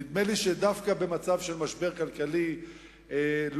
נדמה לי שדווקא במצב של משבר כלכלי לא